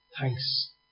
Thanks